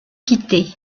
quittés